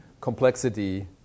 complexity